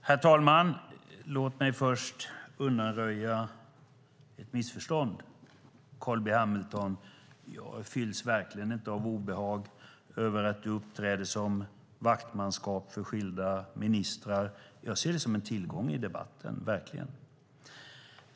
Herr talman! Låt mig först undanröja ett missförstånd, Carl B Hamilton. Jag fylls verkligen inte av obehag över att du uppträder som vaktmanskap för skilda ministrar. Jag ser det som en tillgång i debatten - verkligen.